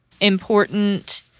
important